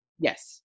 Yes